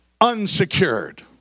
unsecured